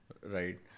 Right